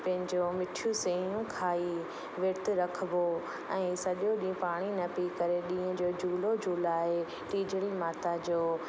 पंहिंजो मिठियूं सयूं खाई विर्तु रखबो ऐं सॼो ॾींहुं पाणी न पी करे ॾींहं जो झूलो झुलाए टीजड़ी माता जो